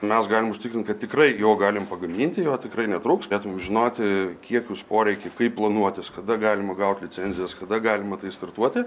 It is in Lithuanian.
mes galim užtikrint kad tikrai jo galim pagaminti jo tikrai netrūks bet mums žinoti kiekius poreikį kaip planuotis kada galima gaut licenzijas kada galima tai startuoti